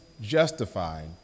justified